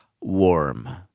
warm